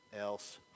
else